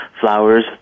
flowers